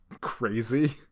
crazy